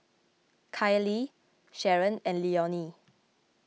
Kylee Sharon and Leonie